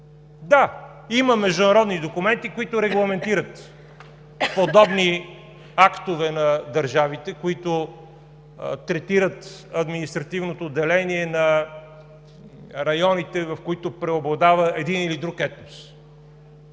Да, има международни документи, които регламентират подобни актове на държавите, които третират административното деление на районите, в които преобладава един или друг етнос,